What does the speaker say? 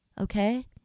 okay